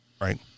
right